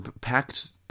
Packed